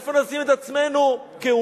איפה נשים את עצמנו כאומה,